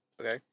Okay